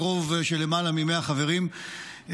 ברוב של למעלה מ-100 חברים הצטרפה,